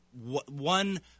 one